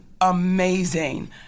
amazing